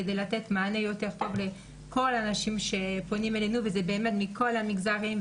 כדי לתת מענה יותר טוב לכל הנשים שפונים אלינו שזה באמת מכל המגזרים,